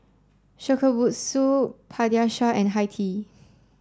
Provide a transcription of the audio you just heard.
Shokubutsu Pediasure and Hi Tea